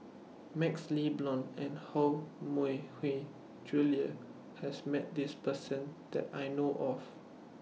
MaxLe Blond and Koh Mui Hiang Julie has Met This Person that I know of